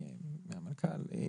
מהמנכ"ל,